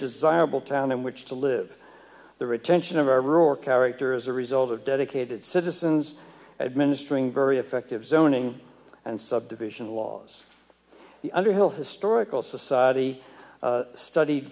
desirable town in which to live the retention of every or character is a result of dedicated citizens administering very effective zoning and subdivision laws the underhill historical society studied